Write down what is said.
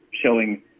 showing –